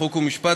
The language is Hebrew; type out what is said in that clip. חוק ומשפט.